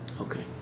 Okay